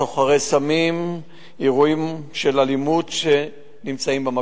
סוחרי סמים ואירועים של אלימות במקום.